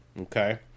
Okay